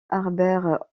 harbert